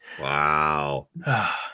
Wow